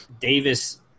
Davis